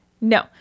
No